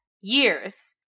years